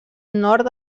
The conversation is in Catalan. nord